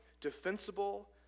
defensible